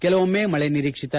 ಕೆಲವೊಮ್ಮೆ ಮಳೆ ನಿರೀಕ್ಷಿತ